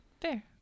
Fair